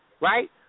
right